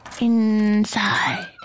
Inside